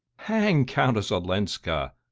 hang countess olenska!